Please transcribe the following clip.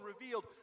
revealed